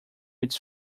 its